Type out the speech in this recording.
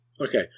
Okay